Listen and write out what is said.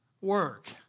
work